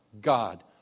God